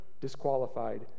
disqualified